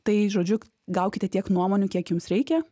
tai žodžiu gaukite tiek nuomonių kiek jums reikia